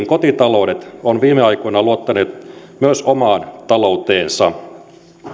kotitaloudet ovat viime aikoina luottaneet myös omaan talouteensa